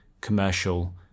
commercial